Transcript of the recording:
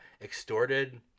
extorted